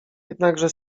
jednakże